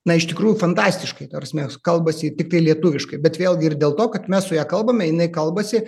na iš tikrųjų fantastiškai ta prasme kalbasi ji tiktai lietuviškai bet vėlgi ir dėl to kad mes su ja kalbame jinai kalbasi